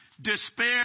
despair